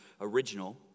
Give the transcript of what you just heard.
original